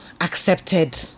accepted